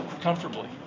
comfortably